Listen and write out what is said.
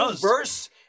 verse